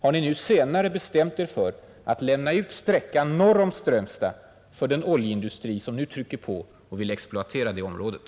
Har ni nu senare bestämt er för att lämna ut sträckan norr om Strömstad för den oljeindustri som nu trycker på och vill exploatera det området?